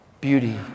beauty